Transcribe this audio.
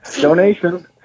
Donation